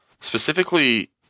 Specifically